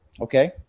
Okay